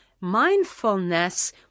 mindfulness